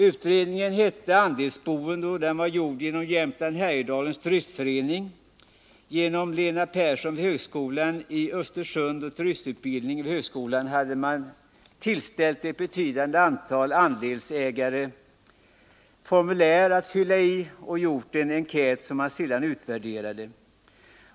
Utredningen heter Andelsboende och är som sagt gjort av Jämtlands— Härjedalens turistförening. Lena Persson vid högskolan i Östersund och turistutbildningen vid högskolan i Östersund hade tillställt ett betydande antal andelsägare formulär att fylla i och alltså gjort en enkät som man sedan utvärderat.